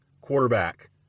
quarterback